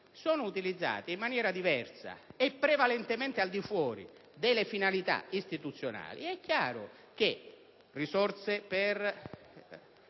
sono impiegate in maniera diversa e prevalentemente al di fuori delle finalità istituzionali, mancano poi le risorse per